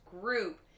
group